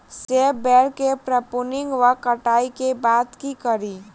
सेब बेर केँ प्रूनिंग वा कटाई केँ बाद की करि?